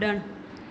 कुड॒णु